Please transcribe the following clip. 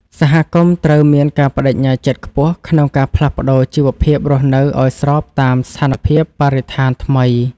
សហគមន៍ត្រូវមានការប្តេជ្ញាចិត្តខ្ពស់ក្នុងការផ្លាស់ប្តូរជីវភាពរស់នៅឱ្យស្របតាមស្ថានភាពបរិស្ថានថ្មី។